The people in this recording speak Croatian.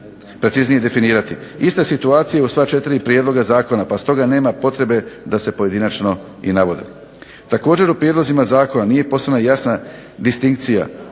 preciznije definirati. Ista situacija je i u sva 4 prijedloga zakona pa stoga nema potrebe da se pojedinačno i navode. Također, u prijedlozima zakona nije posve nam jasna distinkcija